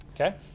Okay